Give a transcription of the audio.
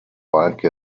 anche